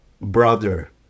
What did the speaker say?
brother